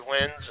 wins